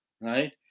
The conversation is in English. right